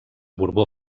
borbó